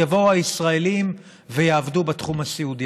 יבואו הישראלים ויעבדו בתחום הסיעודי.